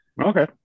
Okay